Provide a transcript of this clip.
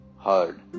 heard